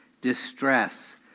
distress